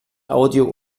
audio